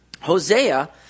Hosea